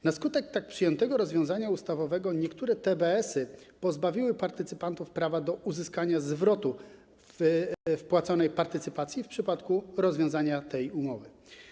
Na skutek tak przyjętego rozwiązania ustawowego niektóre TBS-y pozbawiły partycypantów prawa do uzyskania zwrotu wpłaconej partycypacji w przypadku rozwiązania tej umowy.